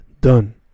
done